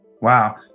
Wow